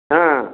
ହଁ